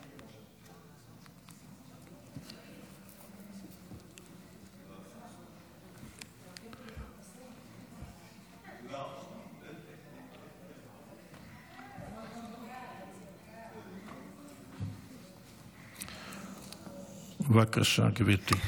בבקשה, גברתי.